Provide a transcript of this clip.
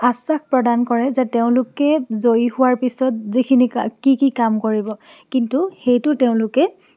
আশ্বাস প্ৰদান কৰে যে তেওঁলোকে জয়ী হোৱাৰ পিছত যিখিনি কি কি কাম কৰিব কিন্তু সেইটো তেওঁলোকে